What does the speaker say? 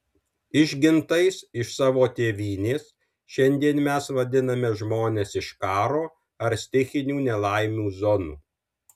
išgintais iš savo tėvynės šiandien mes vadiname žmones iš karo ar stichinių nelaimių zonų